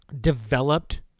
developed